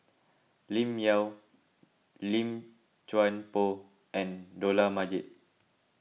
Lim Yau Lim Chuan Poh and Dollah Majid